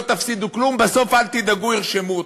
לא תפסידו כלום, בסוף, אל תדאגו, ירשמו אתכם.